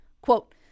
Quote